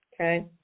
Okay